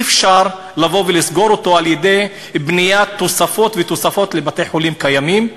אי-אפשר לסגור אותו על-ידי בניית תוספות ותוספות לבתי-חולים קיימים,